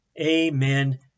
amen